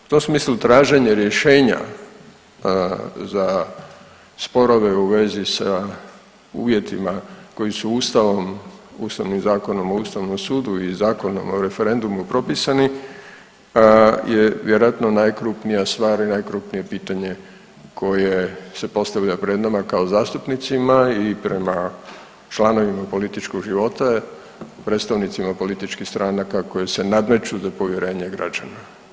U tom smislu traženje rješenja za sporove u vezi sa uvjetima koji su Ustavom, Ustavnim zakonom o Ustavnom sudu i Zakonom o referendumu propisani je vjerojatno najkrupnija stvar i najkrupnije pitanje koje se postavlja pred nama kao zastupnicima i prema članovima političkog života, predstavnicima političkih stranaka koje se nadmeću za povjerenje građana.